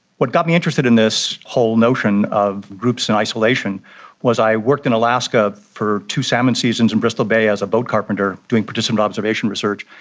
what got me interested in this whole notion of groups in isolation was i worked in alaska for two salmon seasons in bristol bay as a boat carpenter doing participant observation research,